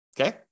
Okay